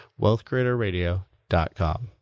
wealthcreatorradio.com